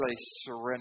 surrender